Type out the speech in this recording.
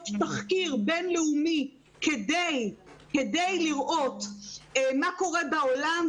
תחקיר בין-לאומי כדי לראות מה קורה בעולם.